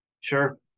sure